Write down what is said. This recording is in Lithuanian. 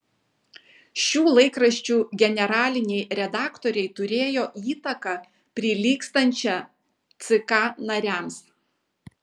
šių laikraščių generaliniai redaktoriai turėjo įtaką prilygstančią ck nariams